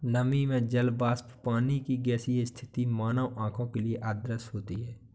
नमी में जल वाष्प पानी की गैसीय स्थिति मानव आंखों के लिए अदृश्य होती है